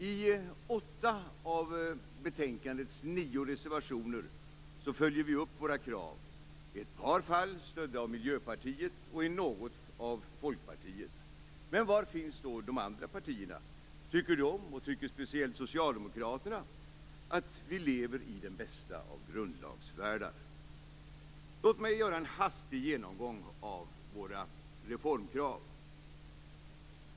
I åtta av betänkandets nio reservationer följer vi upp våra krav, i ett par fall stödda av Miljöpartiet och i något av Folkpartiet. Men var finns de andra partierna? Tycker de, och tycker speciellt Socialdemokraterna, att vi lever i den bästa av grundlagsvärldar? Låt mig göra en hastig genomgång av våra reformkrav.